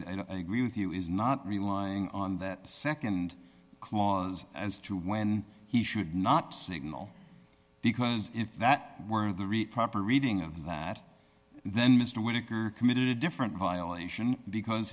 don't agree with you is not relying on that nd clause as to when he should not signal because if that were the riprap or reading of that then mr winokur committed a different violation because